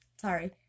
sorry